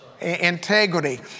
Integrity